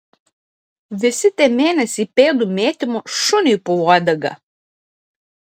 visi tie mėnesiai pėdų mėtymo šuniui po uodega